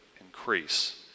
increase